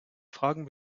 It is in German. fragen